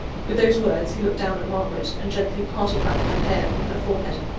with those words he looked down at margaret, and gently parted back her hair from her forehead.